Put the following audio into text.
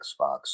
Xbox